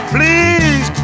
Please